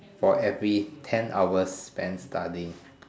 for every ten hours spent studying